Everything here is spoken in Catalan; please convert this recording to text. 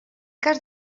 cas